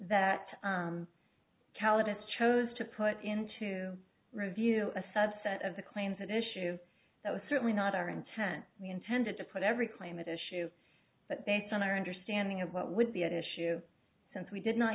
caliban chose to put in to review a subset of the claims that issue that was certainly not our intent we intended to put every claim that issue but based on our understanding of what would be at issue since we did not